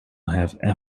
have